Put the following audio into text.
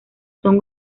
son